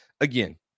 again